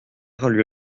lui